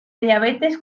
diabetes